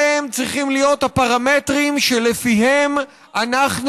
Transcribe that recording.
אלה צריכים להיות הפרמטרים שלפיהם אנחנו